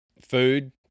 food